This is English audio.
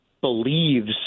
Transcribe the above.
believes